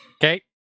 Okay